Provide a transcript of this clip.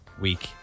Week